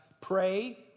pray